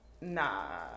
Nah